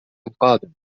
القادم